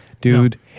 Dude